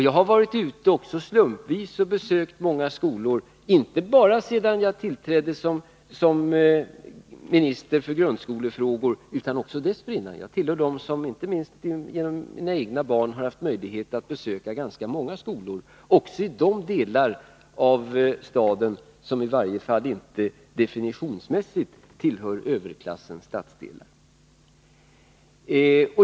Jag har slumpvis besökt många skolor — inte bara sedan jag tillträdde som minister för grundskolefrågor, utan också dessförinnan. Jag tillhör dem som, inte minst tack vare mina egna barn, har haft möjlighet att besöka ganska många skolor, också i de delar av staden som i varje fall definitionsmässigt inte tillhör överklassens stadsdelar.